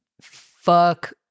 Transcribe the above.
fuck